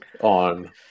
on